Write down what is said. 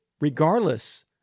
regardless